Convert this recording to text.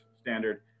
standard